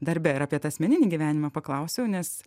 darbe ir apie tą asmeninį gyvenimą paklausiau nes